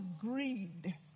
greed